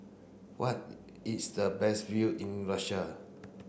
what is the best view in Russia